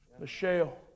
Michelle